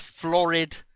florid